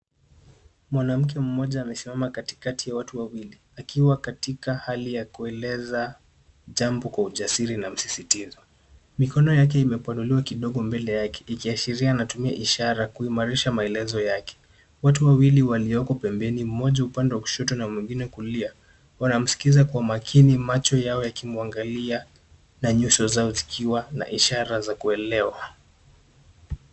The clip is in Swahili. Mwanamke mmoja amesimama katikati ya watu wawili, akiwa katika hali ya kueleza jambo kwa ujasiri na msisitizo. Mikono yake imepanuliwa kidogo mbele yake ikiashiria anatumia ishara kuimarisha maelezo yake. Watu wawili walioko pembeni mmoja upande wa kushoto na mwingine kulia, wanamsikiza kwa makini macho yao yakimwangalia na nyuso zao zikiwa na ishara za kuelewa.